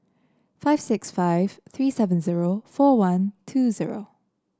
five six five three seven zero four one two zero